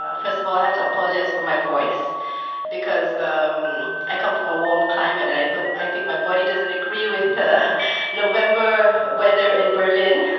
ah first of all, you have to apologize for my voice because i come from a warm climate. and i think i think my body doesn't agree with november weather in berlin.